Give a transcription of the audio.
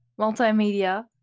multimedia